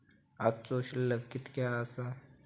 आजचो शिल्लक कीतक्या आसा?